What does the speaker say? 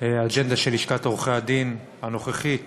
האג'נדה של לשכת עורכי-הדין הנוכחית היא